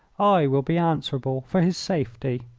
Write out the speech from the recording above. i will be answerable for his safety.